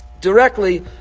directly